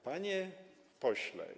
Panie Pośle!